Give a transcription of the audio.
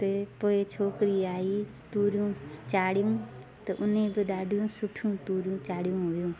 ते पोइ छोकिरी आई तूरियूं चाढ़ियूं त उन बि ॾाढियूं सुठियूं तूरियूं चाढ़ियूं हुइयूं